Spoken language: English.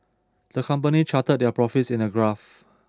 the company charted their profits in a graph